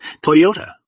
Toyota